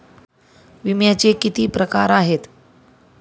विम्याचे किती प्रकार आहेत?